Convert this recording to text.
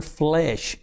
flesh